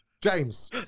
James